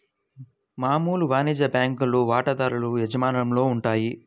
మామూలు వాణిజ్య బ్యాంకులు వాటాదారుల యాజమాన్యంలో ఉంటాయి